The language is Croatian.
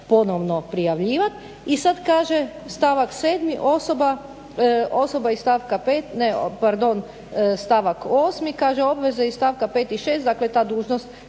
ponovno prijavljivati. I sad kaže stavak 7. osoba iz stavka 5., pardon stavak 8. kaže obveza iz stavka 5. i 6., dakle ta dužnost